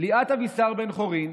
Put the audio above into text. לירן אבישר בן-חורין,